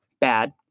bad